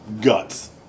guts